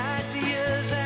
ideas